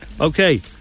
Okay